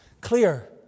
clear